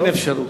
אין אפשרות.